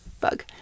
Bug